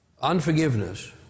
unforgiveness